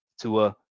Tua